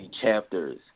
chapters